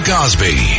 Cosby